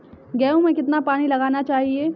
गेहूँ में कितना पानी लगाना चाहिए?